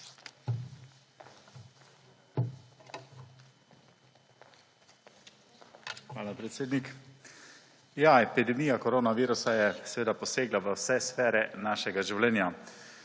Hvala, predsednik. Ja, epidemija korona virusa je seveda posegla v vse sfere našega življena.